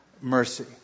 mercy